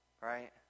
Right